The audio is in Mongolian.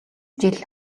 жил